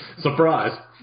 Surprise